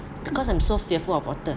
because I'm so fearful of water